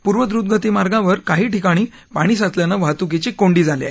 पूर्वद्रूतगती मार्गावर काही ठिकाणी पाणी साचल्यानं वाहतुकीची कोंडी झाली आहे